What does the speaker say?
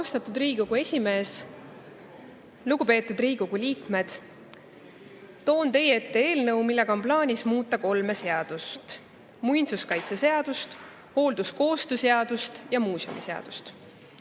Austatud Riigikogu esimees! Lugupeetud Riigikogu liikmed! Toon teie ette eelnõu, millega on plaanis muuta kolme seadust: muinsuskaitseseadust, halduskoostöö seadust ja muuseumiseadust.